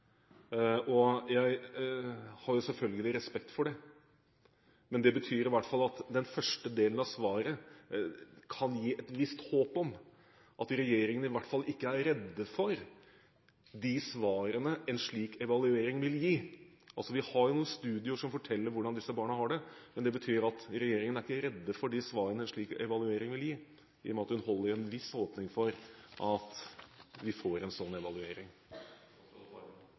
den første delen av svaret kan gi et visst håp om at regjeringen i hvert fall ikke er redd for de svarene en slik evaluering vil gi. Vi har jo noen studier som forteller om hvordan disse barna har det. Det betyr at regjeringen ikke er redd for de svarene en slik evaluering vil gi – i og med at hun gir en viss åpning for at vi får en slik evaluering.